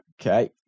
Okay